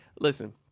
Listen